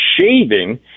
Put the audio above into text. shaving